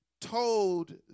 told